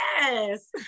Yes